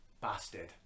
bastard